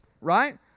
Right